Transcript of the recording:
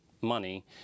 money